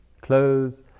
clothes